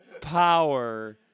power